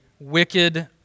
wicked